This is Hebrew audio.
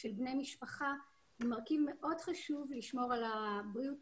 של בני משפחה היא מרכיב מאוד חשוב לשמור על הבריאות